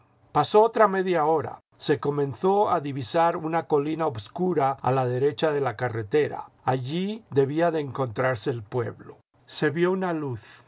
pasó otra media hora se comenzó a divisar una colina obscura a la derecha de la carretera allí debía de encontrarse el pueblo se vio una luz